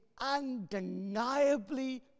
undeniably